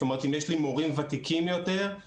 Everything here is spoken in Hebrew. זאת אומרת שאם יש לי מורים ותיקים יותר ומשכילים